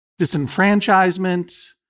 disenfranchisement